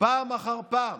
פעם אחר פעם